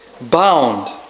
Bound